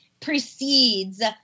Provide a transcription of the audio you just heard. precedes